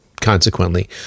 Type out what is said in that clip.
consequently